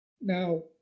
Now